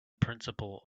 principle